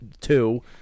two